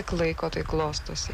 kiek laiko tai klostosi